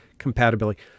compatibility